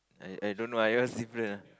I I don't know I yours different ah